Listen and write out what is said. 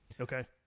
Okay